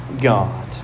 God